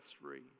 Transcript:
free